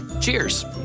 Cheers